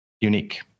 unique